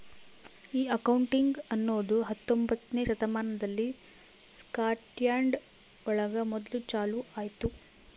ಈ ಅಕೌಂಟಿಂಗ್ ಅನ್ನೋದು ಹತ್ತೊಂಬೊತ್ನೆ ಶತಮಾನದಲ್ಲಿ ಸ್ಕಾಟ್ಲ್ಯಾಂಡ್ ಒಳಗ ಮೊದ್ಲು ಚಾಲೂ ಆಯ್ತು